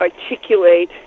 articulate